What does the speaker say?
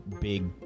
big